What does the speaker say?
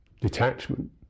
detachment